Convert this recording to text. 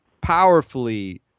powerfully